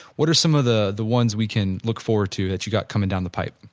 what are some of the the one's we can look forward to that you got coming down the pipe?